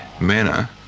manner